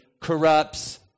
corrupts